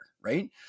Right